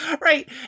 Right